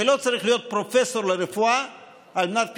ולא צריך להיות פרופסור לרפואה על מנת להבין,